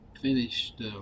finished